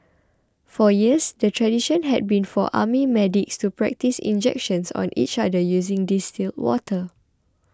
for years the tradition had been for army medics to practise injections on each other using distilled water